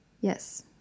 Yes